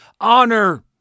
honor